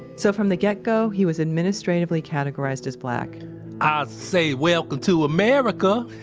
so from the get-go he was administratively categorized as black i'd say welcome to america!